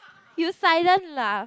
you silent laugh